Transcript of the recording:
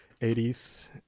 80s